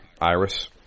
Iris